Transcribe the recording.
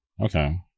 okay